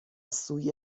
سوی